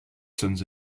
sons